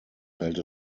fällt